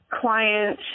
client